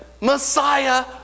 Messiah